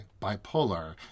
bipolar